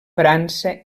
frança